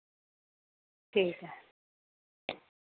ठीक ऐ